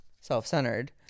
self-centered